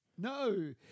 No